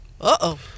Uh-oh